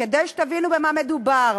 כדי שתבינו במה מדובר,